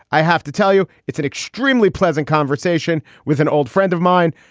i have to tell you, it's an extremely pleasant conversation with an old friend of mine.